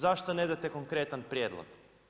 Zašto nedate konkretan prijedlog?